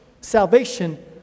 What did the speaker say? salvation